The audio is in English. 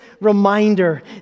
reminder